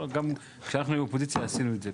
גם כשאנחנו היינו באופוזיציה, עשינו את זה.